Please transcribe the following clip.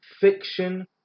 fiction